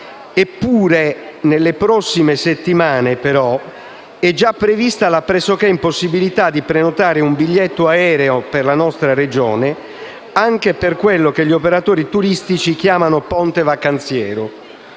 Eppure, nelle prossime settimane è già prevista la pressoché impossibilità di prenotare un biglietto aereo per la nostra Regione, anche per quello che gli operatori turistici chiamano ponte vacanziero.